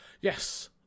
yes